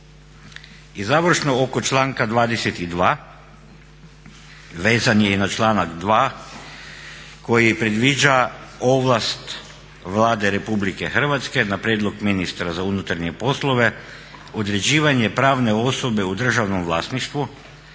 I završno, oko članka 22., vezan je i na članak 2. koji predviđa ovlast Vlade RH na prijedlog ministra za unutarnje poslove određivanje pravne osobe u državnom vlasništvu